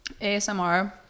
ASMR